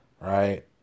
right